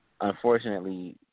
unfortunately